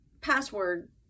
password